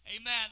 amen